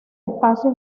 espacio